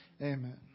amen